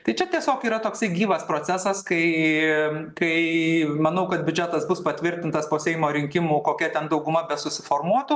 tai čia tiesiog yra toksai gyvas procesas kai kai manau kad biudžetas bus patvirtintas po seimo rinkimų kokia ten dauguma besusiformuotų